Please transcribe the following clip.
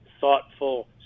thoughtful